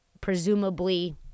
presumably